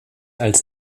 als